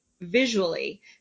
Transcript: visually